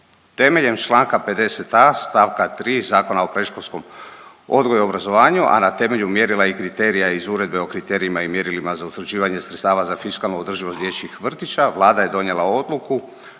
Temeljem članka 50a. stavka 3. Zakona o predškolskom odgoju i obrazovanju, a na temelju mjerila i kriterija iz Uredbe o kriterijima i mjerilima za utvrđivanje sredstava za fiskalnu održivost dječjih vrtića Vlada je donijela odluku,